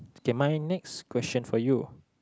okay my next question for you